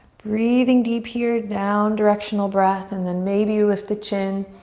breathing deep here, down directional breath and then maybe you lift the chin.